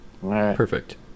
perfect